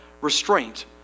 restraint